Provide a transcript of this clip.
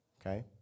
Okay